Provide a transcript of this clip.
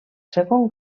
segon